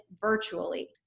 virtually